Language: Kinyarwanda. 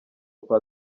kwa